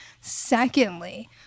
Secondly